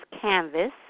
canvas